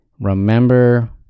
remember